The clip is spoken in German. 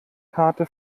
karte